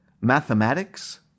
mathematics